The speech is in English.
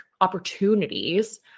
opportunities